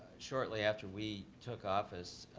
shortly after we took office,